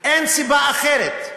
אין סיבה אחרת.